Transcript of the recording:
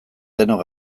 denok